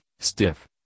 stiff